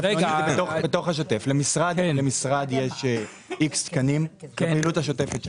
למשרד יש "איקס" תקנים לפעילות השוטפת שלו,